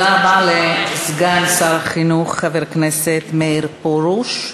תודה רבה לסגן שר החינוך חבר הכנסת מאיר פרוש.